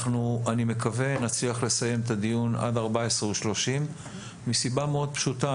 אני מקווה שנצליח לסיים את הדיון עד שעה 14:30 וזאת מסיבה מאוד פשוטה.